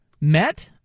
Met